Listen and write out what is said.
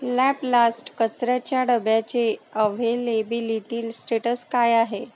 Laplast कचऱ्याच्या डब्याचे अव्हेलेबिलिटील स्टेटस काय आहे